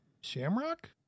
Shamrock